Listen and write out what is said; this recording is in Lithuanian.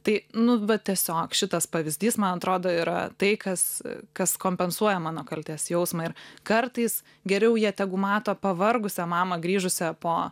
tai nu va tiesiog šitas pavyzdys man atrodo yra tai kas kas kompensuoja mano kaltės jausmą ir kartais geriau jie tegu mato pavargusią mamą grįžusią po